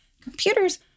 Computers